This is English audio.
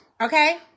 okay